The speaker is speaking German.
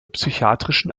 psychiatrischen